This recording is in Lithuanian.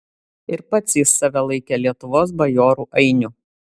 ir pats jis save laikė lietuvos bajorų ainiu